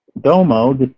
Domo